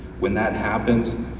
when that happens,